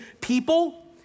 people